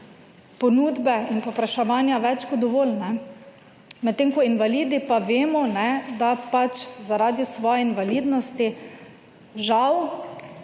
ponudbe in povpraševanja več kot dovolj. Med tem ko invalidi, pa vemo, da pač zaradi svoje invalidnosti žal